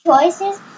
choices